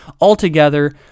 altogether